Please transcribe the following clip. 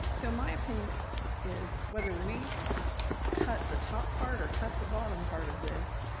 so my opinion is, whether we cut the top part or cut the bottom part of this,